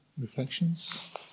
reflections